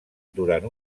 durant